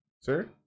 sir